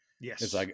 Yes